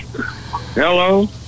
Hello